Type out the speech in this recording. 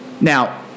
Now